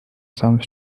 some